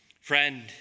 Friend